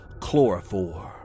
Chloroform